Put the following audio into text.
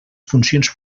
funcions